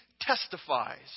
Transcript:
testifies